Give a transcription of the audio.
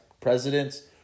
presidents